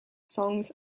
songs